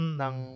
ng